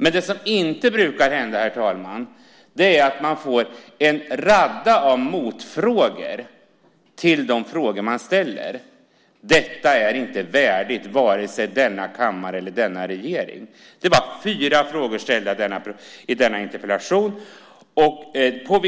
Men det som inte brukar hända, herr talman, är att man får en radda av motfrågor till de frågor man ställer. Detta är inte värdigt vare sig denna kammare eller denna regering. Det var fyra frågor ställda i denna interpellation: På